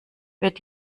wird